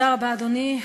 תודה רבה, אדוני.